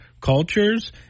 cultures